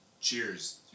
cheers